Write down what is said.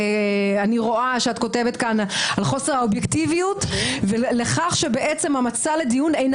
אני רואה שאת כותבת כאן על חוסר האובייקטיביות ועל כך שהמצע לדיון אינו